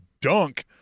dunk